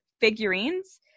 figurines